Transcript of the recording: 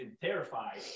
terrified